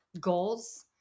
goals